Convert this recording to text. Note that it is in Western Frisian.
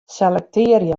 selektearje